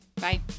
bye